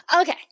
Okay